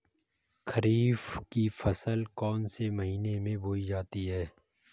खरीफ की फसल कौन से महीने में बोई जाती है?